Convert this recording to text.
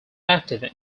active